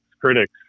critics